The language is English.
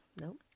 Nope